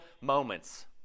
moments